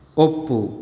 ಒಪ್ಪು